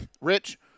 Rich